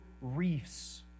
reefs